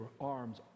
arms